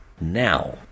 now